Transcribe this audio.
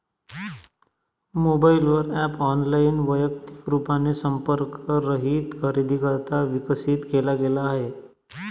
mobile वर app online, वैयक्तिक रूपाने संपर्क रहित खरेदीकरिता विकसित केला गेला आहे